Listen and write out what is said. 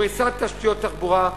פריסת תשתיות תחבורה,